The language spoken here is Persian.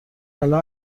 الان